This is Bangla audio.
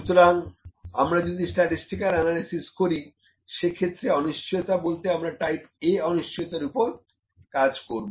সুতরাং আমরা যদি স্ট্যাটিস্টিকাল অ্যানালিসিস করি সে ক্ষেত্রে অনিশ্চয়তা বলতে আমরা টাইপ A অনিশ্চয়তার ওপরে কাজ করব